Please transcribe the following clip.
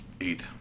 Eight